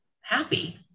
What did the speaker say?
happy